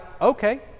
okay